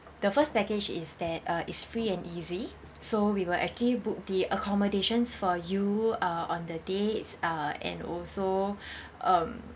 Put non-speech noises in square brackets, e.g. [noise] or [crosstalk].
the first package is that uh it's free and easy so we will actually book the accommodations for you uh on the dates uh and also [breath] um